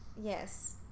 Yes